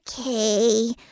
Okay